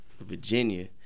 Virginia